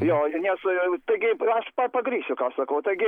jo ir nes taigi aš pa pagrįsiu ką sakau taigi